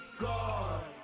God